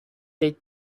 they